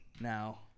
now